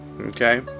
Okay